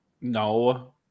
No